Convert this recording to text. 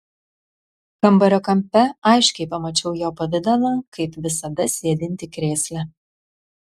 kambario kampe aiškiai pamačiau jo pavidalą kaip visada sėdintį krėsle